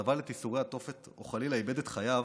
שסבל את ייסורי התופת או שחלילה איבד את חייו,